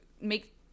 make